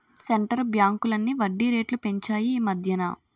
centre బ్యాంకులన్నీ వడ్డీ రేట్లు పెంచాయి ఈమధ్యన